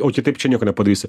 o kitaip čia nieko nepadarysi